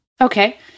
Okay